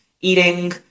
eating